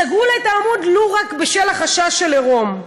סגרו לה את העמוד ולו רק בשל החשש של עירום.